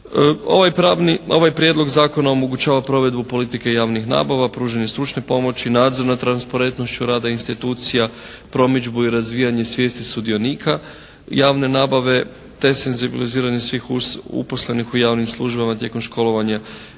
Ovaj Prijedlog zakona omogućava provedbu politike javnih nabava, pružanje stručne pomoći, nadzor nad transparentnošću rada institucija, promidžbu i razvijanje svijesti sudionika javne nabave te senzibiliziranje svih uposlenih u javnim službama tijekom školovanja